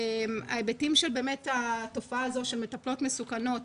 ההיבטים של התופעה הזו של מטפלות מסוכנות,